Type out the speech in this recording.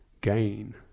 gain